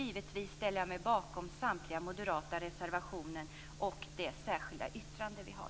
Givetvis ställer jag mig bakom samtliga moderata reservationer och det särskilda yttrande vi har.